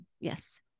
yes